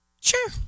Sure